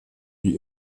die